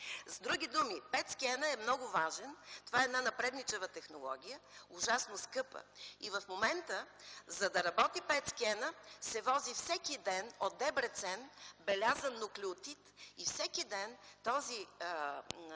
С други думи, петскена е много важен. Това е една напредничава технология, ужасно скъпа, и в момента, за да работи петскена се вози всеки ден от Дебрецен белязан нуклеотид и всеки ден този